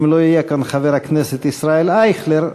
אם לא יהיה כאן חבר הכנסת ישראל אייכלר,